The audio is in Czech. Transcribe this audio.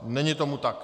Není tomu tak.